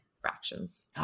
fractions